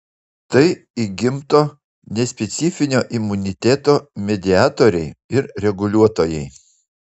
tai įgimto nespecifinio imuniteto mediatoriai ir reguliuotojai